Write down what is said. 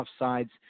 offsides